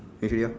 finish already lor